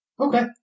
Okay